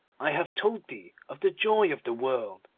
i have told thee of the joy of the world,